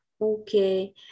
Okay